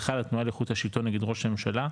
2268/21 התנועה לאיכות השלטון נגד ראש הממשלה,